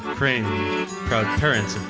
crane proud parents of